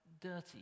dirty